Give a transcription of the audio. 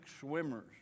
swimmers